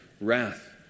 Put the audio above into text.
wrath